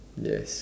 yes